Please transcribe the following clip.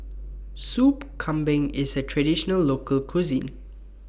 Soup Kambing IS A Traditional Local Cuisine